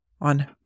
on